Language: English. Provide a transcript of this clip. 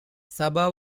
saba